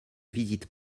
visite